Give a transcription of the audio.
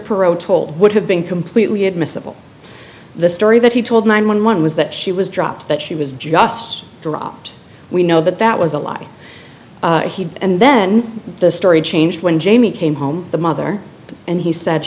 perot told would have been completely admissible the story that he told nine one one was that she was dropped that she was just dropped we know that that was a lie and then the story changed when jamie came home the mother and he said